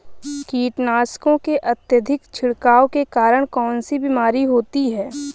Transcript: कीटनाशकों के अत्यधिक छिड़काव के कारण कौन सी बीमारी होती है?